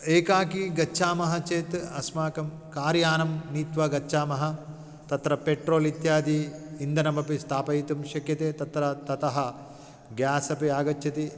एकाकी गच्छामः चेत् अस्माकं कार्यानं नीत्वा गच्छामः तत्र पेट्रोल् इत्यादि इन्धनमपि स्थापयितुं शक्यते तत्र ततः ग्यासपि आगच्छति